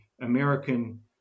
American